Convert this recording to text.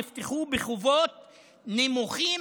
נפתחו בחובות נמוכים,